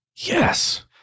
Yes